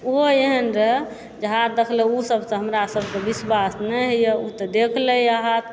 ओहो एहन रहय जे हाथ देखलक ओ सबसँ हमरा सबके विश्वास नहि होइए ओ तऽ देखि लइए हाथ